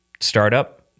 startup